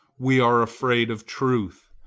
we are afraid of truth,